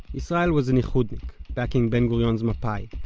yisrael was an ichudnik, backing ben-gurion's mapai,